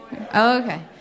okay